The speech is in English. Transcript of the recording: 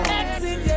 exit